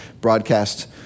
broadcast